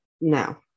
No